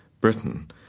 Britain